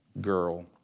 girl